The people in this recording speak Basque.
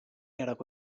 aroko